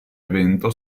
evento